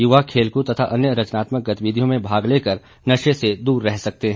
युवा खेलकूद तथा अन्य रचनात्मक गतिविधियों में भाग लेकर नशे से दूर रह सकते है